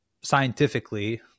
scientifically